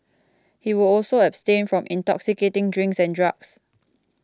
he will also abstain from intoxicating drinks and drugs